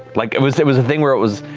like it was it was a thing where it was,